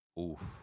Oof